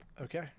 okay